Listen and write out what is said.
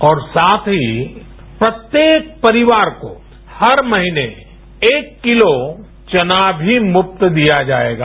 और साथ ही प्रत्येक परिवार को हर महीने एक किलो चना भी मुफ्त दिया जाएगा